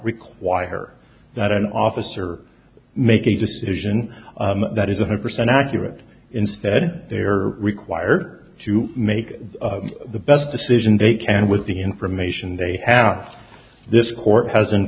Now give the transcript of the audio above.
require that an officer make a decision that is one hundred percent accurate instead they are required to make the best decision they can with the information they have this court